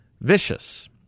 Vicious